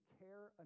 care